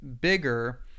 bigger